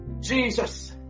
Jesus